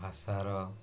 ଭାଷାର